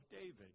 David